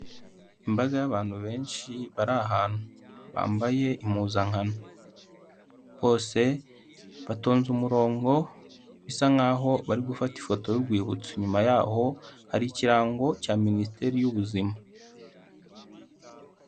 Imbaga y'abantu benshi bari ahantu, bambaye impuzankano, bose batonze umurongo bisa nk'aho bari gufata ifoto y'urwibutso, inyuma yaho hari ikirango cya Minisiteri y'Ubuzima.